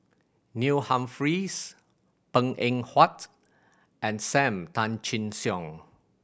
Neil Humphreys Png Eng Huat and Sam Tan Chin Siong